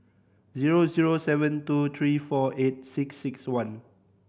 zero zero seven two three four eight six six one